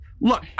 look